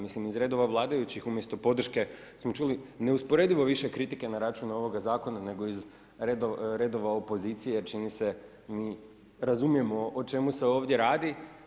Mislim iz redova vladajućih umjesto podrške smo čuli neusporedivo više kritika na račun ovoga zakona, nego iz redova opozicije, čini se, razumijemo o čemu se ovdje radi.